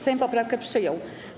Sejm poprawkę przyjął.